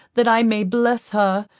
that i may bless her,